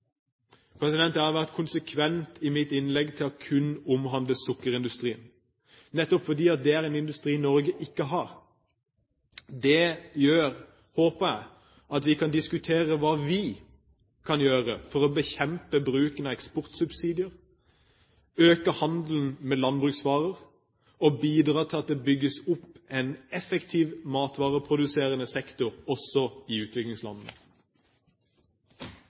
har vært konsekvent og latt mitt innlegg kun omhandle sukkerindustrien, nettopp fordi det er en industri Norge ikke har. Det gjør – håper jeg – at vi kan diskutere hva vi kan gjøre for å bekjempe bruken av eksportsubsidier, øke handelen med landbruksvarer og bidra til at det bygges opp en effektiv matvareproduserende sektor også i utviklingslandene.